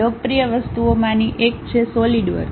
લોકપ્રિય વસ્તુઓમાંની એક છે સોલિડવર્ક